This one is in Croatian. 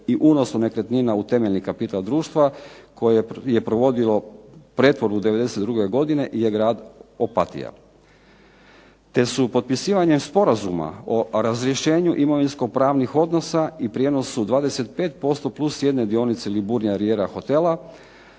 i unosu nekretnina u temeljni kapital društva koje je provodilo pretvorbu '92. godine je grad Opatija, te su potpisivanjem Sporazuma o razrješenju imovinsko-pravnih odnosa i prijenosu 25% plus jedne dionice Liburnia Riviera hotela